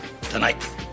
tonight